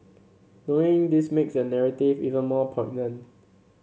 knowing this makes the narrative even more poignant